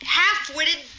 half-witted